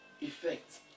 Effect